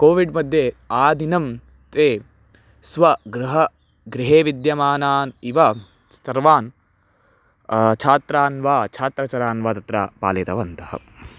COVID मध्ये आदिनं ते स्वगृहे गृहे विद्यमानान् इव सर्वान् छात्रान् वा छात्रचरान् वा तत्र पालितवन्तः